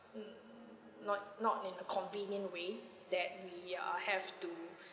n~ not not in a convenient way that we uh have to